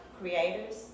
creators